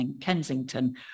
Kensington